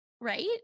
right